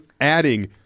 adding